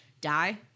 die